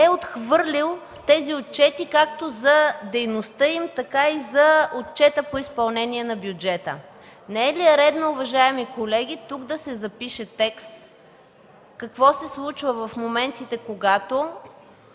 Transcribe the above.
е отхвърлил отчетите както за дейността им, така и отчета за изпълнение на бюджета? Не е ли редно, уважаеми колеги, тук да се запише текст какво се случва в моментите, когато